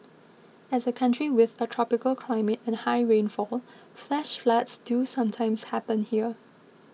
as a country with a tropical climate and high rainfall flash floods do sometimes happen here